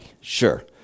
sure